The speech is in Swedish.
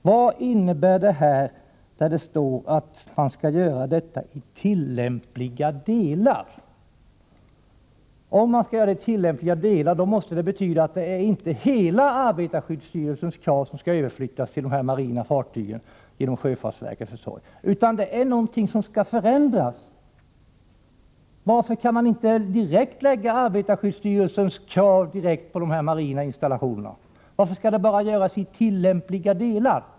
Vad innebär den passus där det står att man skall göra detta ”i tillämpliga delar”? Det måste väl betyda att det inte är arbetarskyddsstyrelsens hela krav som skall överflyttas till de här marina fartygen genom sjöfartsverkets försorg, utan det är någonting som skall förändras. Varför kan man inte direkt tillämpa arbetarskyddsstyrelsens krav på dessa marina installationer? Varför skall det bara göras ”i tillämpliga delar”?